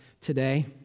today